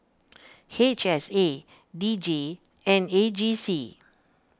H S A D J and A G C